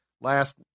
last